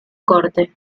corte